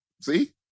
See